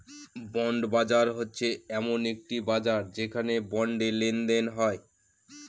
bond বাজার হচ্ছে এমন একটি বাজার যেখানে বন্ডে লেনদেন হয়